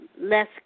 less